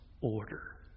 order